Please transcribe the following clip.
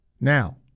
Now